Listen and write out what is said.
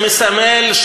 שמסמל,